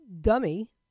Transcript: dummy